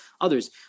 others